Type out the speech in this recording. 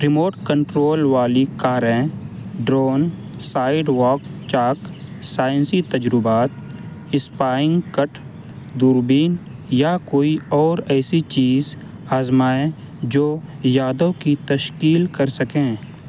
remote control والی کاریں drone sidewalk chalk سائنسی تجربات اسپائنگ کٹ دوربین یا کوئی اور ایسی چیز آزمائیں جو یادوں کی تشکیل کر سکیں